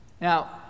Now